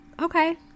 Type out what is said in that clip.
okay